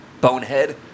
bonehead